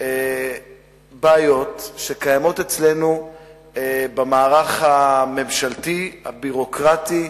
בעיות שקיימות אצלנו במערך הממשלתי, הביורוקרטי,